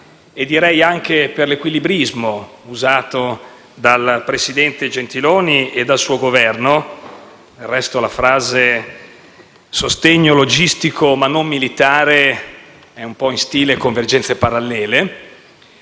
e, direi anche, per l'equilibrismo usato dal presidente Gentiloni Silveri e dal suo Governo. Del resto, l'espressione «sostegno logistico, ma non militare», è un po' in stile «convergenze parallele».